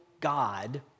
God